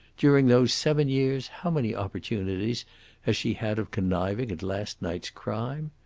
during those seven years how many opportunities has she had of conniving at last night's crime?